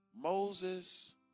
Moses